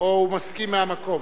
או הוא מסכים מהמקום?